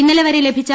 ഇന്നലെവരെ ലഭിച്ചു